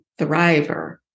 thriver